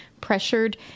pressured